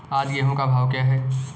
आज गेहूँ का भाव क्या है?